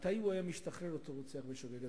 אדוני היושב-ראש, מתי היה משתחרר אותו רוצח בשוגג?